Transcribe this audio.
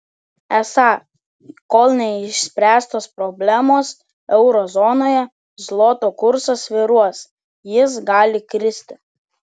esą kol neišspręstos problemos euro zonoje zloto kursas svyruos jis gali kristi